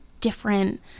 different